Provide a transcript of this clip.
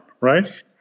right